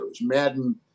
Madden